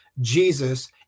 Jesus